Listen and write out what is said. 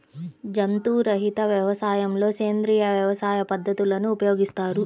జంతు రహిత వ్యవసాయంలో సేంద్రీయ వ్యవసాయ పద్ధతులను ఉపయోగిస్తారు